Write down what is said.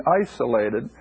isolated